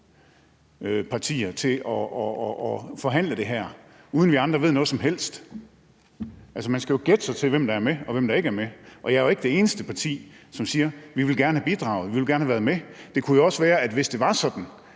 partier til at forhandle det her, uden at vi andre ved noget som helst. Man skal jo gætte sig til, hvem der er med, og hvem der ikke er med. Alternativet er ikke det eneste parti, som siger, at de gerne ville gerne have bidraget og gerne ville have været med. Det kunne jo også være, at hvis det var sådan,